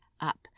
up